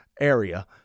area